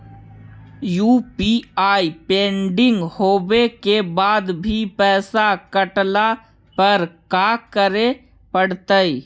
UPI pending होवे के बाद भी पैसा कटला पर का करे पड़तई?